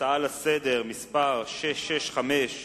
הצעה לסדר-היום מס' 665: